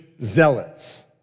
zealots